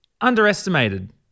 underestimated